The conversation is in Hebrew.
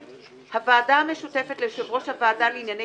(ד)הוועדה המשותפת ליושב ראש הוועדה לענייני